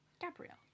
Gabrielle